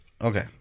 Okay